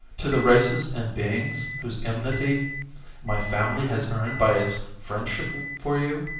to the races and beings whose enmity my family has earned by its friendship for you?